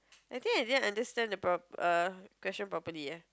I think I didn't understand the prop~ err question properly eh